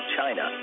China